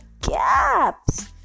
caps